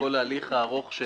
לכל ההליך הארוך של